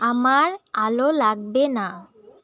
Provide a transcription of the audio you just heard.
আমার আলো লাগবে না